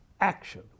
action